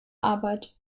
arbeit